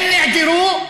הם נעדרו,